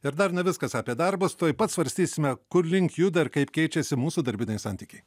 ir dar ne viskas apie darbus tuoj pat svarstysime kur link juda ir kaip keičiasi mūsų darbiniai santykiai